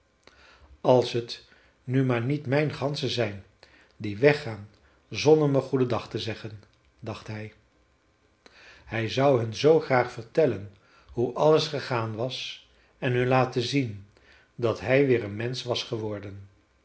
als t nu maar niet mijn ganzen zijn die weggaan zonder me goedendag te zeggen dacht hij hij zou hun zoo graag vertellen hoe alles gegaan was en hun laten zien dat hij weer een mensch was geworden